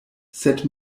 sed